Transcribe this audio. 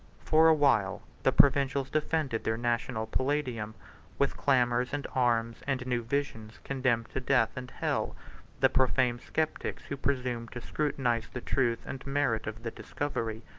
for a while, the provincials defended their national palladium with clamors and arms and new visions condemned to death and hell the profane sceptics who presumed to scrutinize the truth and merit of the discovery.